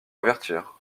avertir